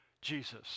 Jesus